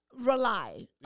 Rely